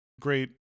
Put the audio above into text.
great